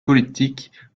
politique